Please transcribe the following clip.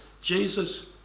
Jesus